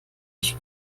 ich